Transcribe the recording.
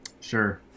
Sure